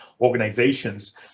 organizations